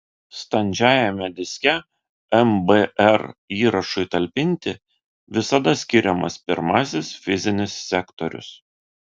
standžiajame diske mbr įrašui talpinti visada skiriamas pirmasis fizinis sektorius